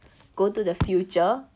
go to the future